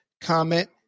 comment